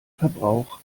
verbrauch